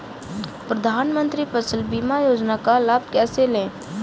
प्रधानमंत्री फसल बीमा योजना का लाभ कैसे लें?